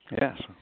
Yes